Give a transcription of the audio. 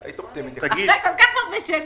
היא היתה מתעצבנת, כי אני יושב איתה כמה דקות